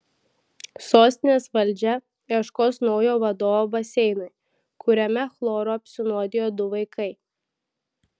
sostinės valdžia ieškos naujo vadovo baseinui kuriame chloru apsinuodijo du vaikai